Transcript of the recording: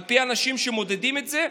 על פי האנשים שמודדים את זה.